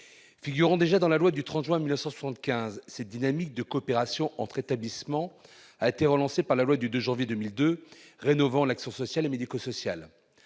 Figurant déjà dans la loi du 30 juin 1975, cette dynamique de coopération entre établissements a été relancée par la loi du 2 janvier 2002 rénovant l'action sociale et médico-sociale.